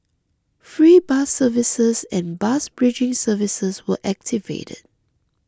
free bus services and bus bridging services were activated